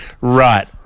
Right